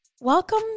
Welcome